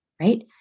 right